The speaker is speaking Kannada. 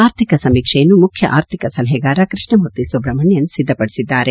ಆರ್ಥಿಕ ಸಮೀಕ್ಷೆಯನ್ನು ಮುಖ್ಯ ಆರ್ಥಿಕ ಸಲಹೆಗಾರ ಕೃಷ್ಣಮೂರ್ತಿ ಸುಬ್ರಹ್ಮಣ್ಯನ್ ಸಿದ್ದಪದಿಸಿದ್ದಾರೆ